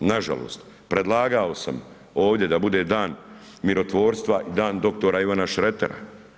Na žalost, predlagao sam ovdje da bude Dan mirotvorstva i Dan dr. Ivana Šretera.